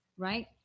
Right